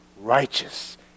righteous